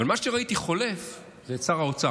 אבל מה שראיתי חולף זה את שר האוצר.